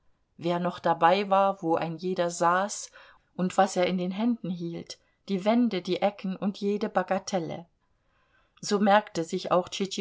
wer noch dabei war wo ein jeder saß und was er in den händen hielt die wände die ecken und jede bagatelle so merkte sich auch